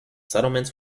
settlements